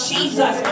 Jesus